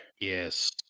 Yes